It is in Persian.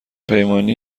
پیمانی